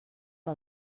que